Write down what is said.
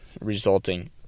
resulting